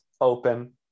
open